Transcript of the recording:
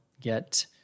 get